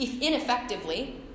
ineffectively